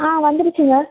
ஆ வந்துருச்சிங்க